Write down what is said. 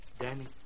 Danny